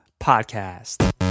Podcast